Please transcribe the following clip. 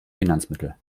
finanzmittel